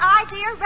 idea